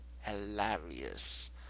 hilarious